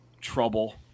trouble